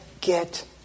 get